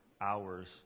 Hours